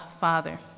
Father